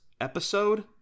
episode